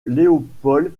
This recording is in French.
léopold